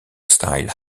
style